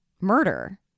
murder